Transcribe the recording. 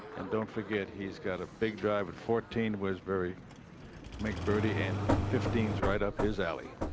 and don't forget, he's got a big driver. fourteen was very make birdie and fifteens right up his alley.